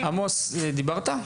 עמוס דיברת?